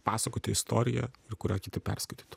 pasakoti istoriją ir kurią kiti perskaitytų